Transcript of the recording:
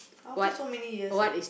after so many years ah